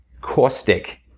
caustic